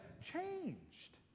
changed